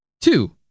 Two